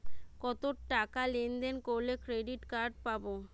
কতটাকা লেনদেন করলে ক্রেডিট কার্ড পাব?